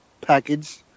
package